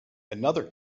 another